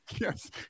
Yes